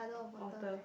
author